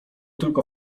tylko